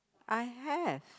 I have